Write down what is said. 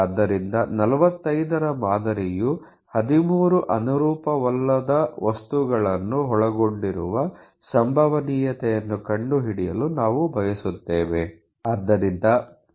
ಆದ್ದರಿಂದ 45 ರ ಮಾದರಿಯು 13 ಅನುರೂಪವಲ್ಲದ ವಸ್ತುಗಳನ್ನು ಒಳಗೊಂಡಿರುವ ಸಂಭವನೀಯತೆಯನ್ನು ಕಂಡುಹಿಡಿಯಲು ನಾವು ಬಯಸುತ್ತೇವೆ